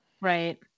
right